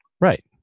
Right